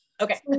Okay